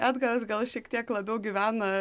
edgaras gal šiek tiek labiau gyvena